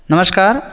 नमस्कार